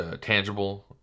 tangible